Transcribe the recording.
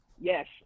Yes